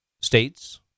states